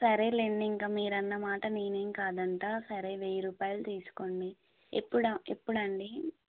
సరేలేండి ఇంకా మీరు అన్న మాట నేనేం కాదంట సరే వెయ్యి రూపాయలు తీసుకోండి ఎప్పుడ ఎప్పుడు అండి